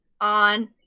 on